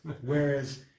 Whereas